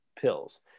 pills